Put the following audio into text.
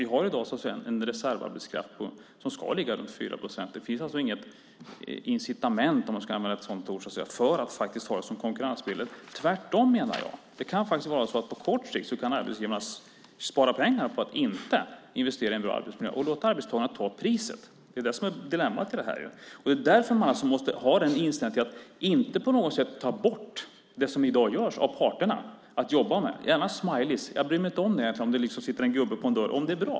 Vi har i dag en reservarbetskraft som ska ligga runt 4 procent. Det finns alltså inget incitament för att ha det som konkurrensmedel. Jag menar att det är tvärtom. Det kan vara så att arbetsgivarna på kort sikt kan spara pengar på att inte investera i en bra arbetsmiljö och låta arbetstagarna betala priset. Det är dilemmat i det här. Det är därför man inte ska ta bort det som i dag görs av parterna. Gärna smileys - jag bryr mig inte om ifall det sitter en gubbe på en dörr om det är bra.